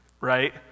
right